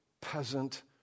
peasant